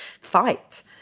fight